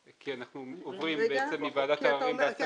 אתה עובר להשגה.